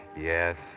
Yes